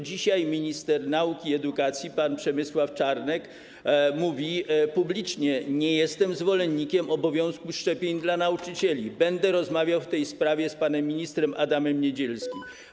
Dzisiaj minister nauki i edukacji pan Przemysław Czarnek mówi publicznie: Nie jestem zwolennikiem obowiązku szczepień dla nauczycieli, będę rozmawiał w tej sprawie z panem ministrem Adamem Niedzielskim.